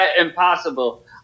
impossible